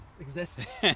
exists